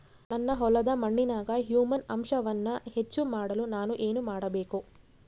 ನನ್ನ ಹೊಲದ ಮಣ್ಣಿನಾಗ ಹ್ಯೂಮಸ್ ಅಂಶವನ್ನ ಹೆಚ್ಚು ಮಾಡಾಕ ನಾನು ಏನು ಮಾಡಬೇಕು?